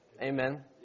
Amen